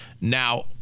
Now